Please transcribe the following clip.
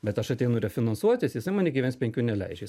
bet aš ateinu refinansuotis jisai man iki viens penkių neleidžia